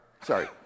Sorry